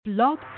Blog